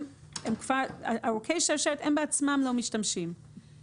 הם בעצמם לא משתמשים בארוכי שרשרת.